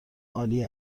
عالی